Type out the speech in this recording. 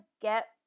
get